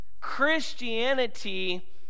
Christianity